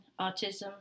autism